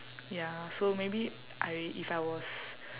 ya so maybe I if I was